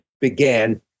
began